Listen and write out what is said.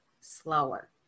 slower